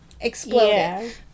exploded